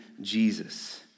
Jesus